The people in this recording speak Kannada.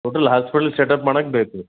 ಒಟ್ನಲ್ಲಿ ಹಾಸ್ಪಿಟಲ್ ಸೆಟಪ್ ಮಾಡಕ್ಕೆ ಬೇಕು